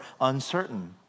uncertain